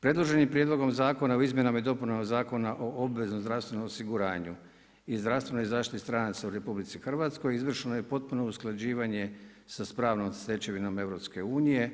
Predloženim Prijedlogom zakona o izmjenama i dopunama Zakona o obveznom zdravstvenom osiguranju i zdravstvenoj zaštiti stranaca u RH izvršeno je potpuno usklađivanje sa pravnom stečevinom EU.